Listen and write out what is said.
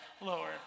lower